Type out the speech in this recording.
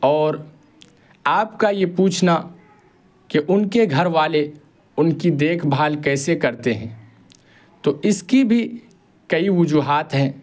اور آپ کا یہ پوچھنا کہ ان کے گھر والے ان کی دیکھ بھال کیسے کرتے ہیں تو اس کی بھی کئی وجوہات ہیں